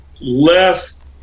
less